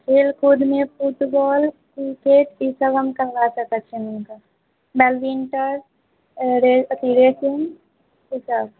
खेल कूदमे football cricket ईसभ हम करवा सकैत छियनि हुनका बैडमिंटन आओर रे अथी रेसिंग ईसभ